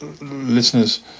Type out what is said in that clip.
listeners